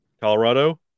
Colorado